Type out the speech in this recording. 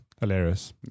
hilarious